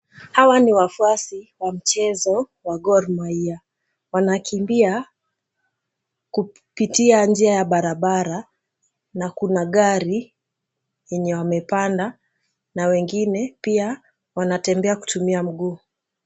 Hawa ni wafuasi wa mchezo wa Gor Mahia. Wanakimbia kupitia njia ya barabara na kuna gari yenye wamepanda na wengine pia wanatembea kutumia mguu.